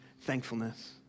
thankfulness